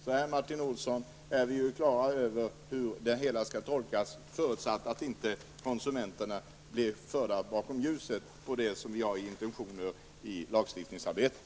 Här är vi ju klara över hur det hela skall tolkas, Martin Olsson, förutsatt att inte konsumenterna blir förda bakom ljuset beträffande intentionerna i lagstiftningsarbetet.